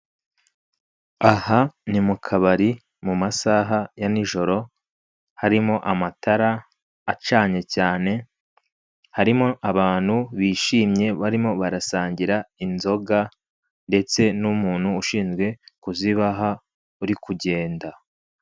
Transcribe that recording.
Aha ni mukabari mu masaha ya nijoro, harimo amatara acanye cyane, harimo abantu bishimye barimo barasangira inzoga ndetse n'umuntu ushinzwe kuzibaha uri kugenda.